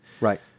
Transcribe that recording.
Right